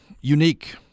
unique